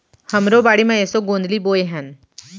हमरो बाड़ी म एसो गोंदली बोए हन